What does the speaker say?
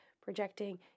projecting